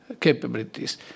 capabilities